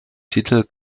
titel